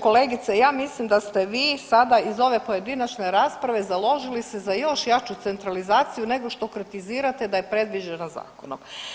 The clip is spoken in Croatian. Kolegice ja mislim da ste vi sada iz ove pojedinačne rasprave založili se za još jaču centralizaciju nego što kritizirate da je predviđeno zakonom.